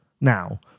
now